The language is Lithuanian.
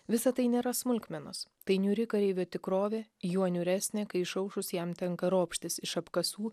visa tai nėra smulkmenos tai niūri kareivio tikrovė juo niūresnė kai išaušus jam tenka ropštis iš apkasų